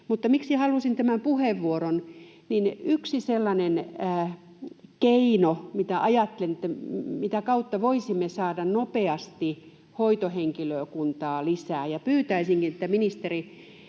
Mutta miksi halusin tämän puheenvuoron? On yksi sellainen keino, mitä ajattelin, mitä kautta voisimme saada nopeasti hoitohenkilökuntaa lisää, ja pyytäisinkin, että ministeri